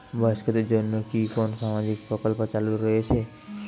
বয়স্কদের জন্য কি কোন সামাজিক প্রকল্প চালু রয়েছে?